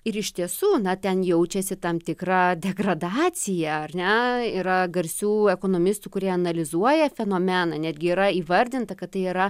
ir iš tiesų na ten jaučiasi tam tikra degradacija ar ne yra garsių ekonomistų kurie analizuoja fenomeną netgi yra įvardinta kad tai yra